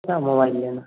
क्या मोबाइल लेना